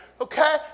okay